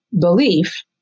belief